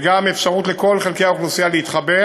וגם אפשרות לכל חלקי האוכלוסייה להתחבר